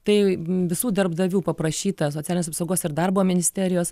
tai visų darbdavių paprašyta socialinės apsaugos ir darbo ministerijos